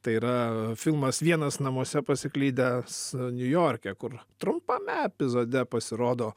tai yra filmas vienas namuose pasiklydęs niujorke kur trumpame epizode pasirodo